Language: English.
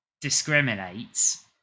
discriminates